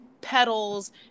petals